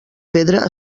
pedra